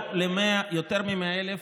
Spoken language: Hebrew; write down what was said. הגענו ליותר מ-100,000,